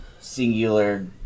singular